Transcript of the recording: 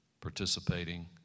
participating